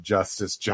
Justice